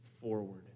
forward